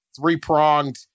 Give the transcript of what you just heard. Three-pronged